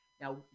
Now